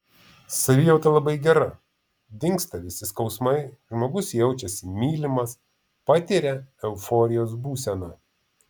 savijauta labai gera dingsta visi skausmai žmogus jaučiasi mylimas patiria euforijos būseną